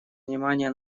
внимание